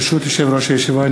ברשות יושב-ראש הישיבה,